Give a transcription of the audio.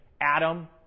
Adam